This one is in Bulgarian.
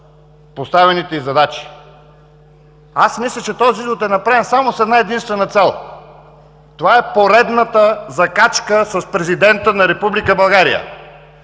поставените й задачи. Аз мисля, че този извод е направен само с една единствена цел. Това е поредната закачка с президента на Република България.